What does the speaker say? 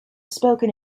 spoken